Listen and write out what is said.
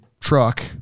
truck